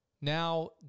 Now